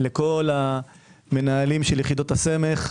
לכל המנהלים של יחידות הסמך,